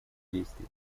действий